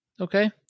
Okay